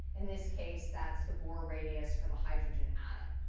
in this case, that's the bohr radius for the hydrogen atom.